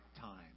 time